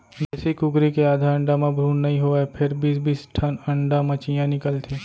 देसी कुकरी के आधा अंडा म भ्रून नइ होवय फेर बीस बीस ठन अंडा म चियॉं निकलथे